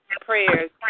prayers